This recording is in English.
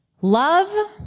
love